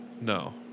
No